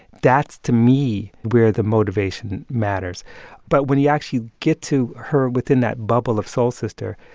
that's, to me, where the motivation matters but when you actually get to her within that bubble of soul sister,